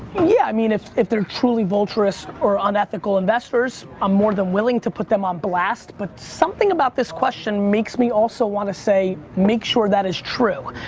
yeah, i mean, if if they're truly vulturous or unethical investors, i'm more than willing to put them on blast, but something about this question makes me also wanna say make sure that is true.